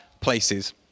places